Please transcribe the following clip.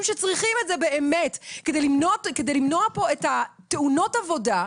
שצריכים את זה באמת כדי למנוע פה את תאונות העבודה.